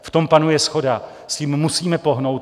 V tom panuje shoda, s tím musíme pohnout.